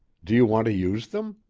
do you want to use them?